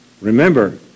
Remember